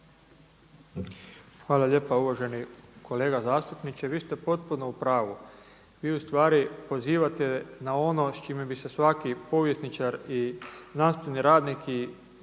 Hvala lijepa. Uvaženi kolega zastupniče, vi ste potpuno u pravu, vi ustvari pozivate na ono s čime bi se svaki povjesničar i znanstveni radnik i